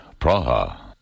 Praha